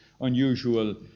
unusual